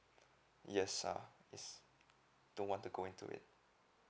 yes ah yes don't want to go into it